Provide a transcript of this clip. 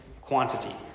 quantity